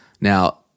Now